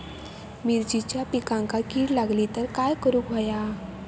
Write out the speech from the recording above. मिरचीच्या पिकांक कीड लागली तर काय करुक होया?